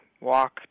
walk